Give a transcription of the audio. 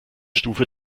stufe